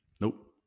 Nope